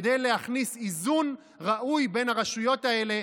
כדי להכניס איזון ראוי בין הרשויות האלה,